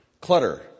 Clutter